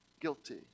guilty